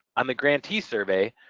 on the grantee survey,